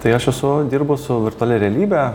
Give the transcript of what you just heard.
tai aš esu dirbu su virtualia realybe